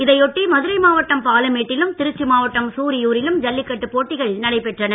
இதையொட்டி மதுரை மாவட்டம் பாலமேட்டிலும் திருச்சி மாவட்டம் சூரியூரிலும் ஜல்லிக்கட்டு போட்டிகள் நடைபெற்றன